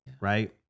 Right